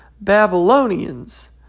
Babylonians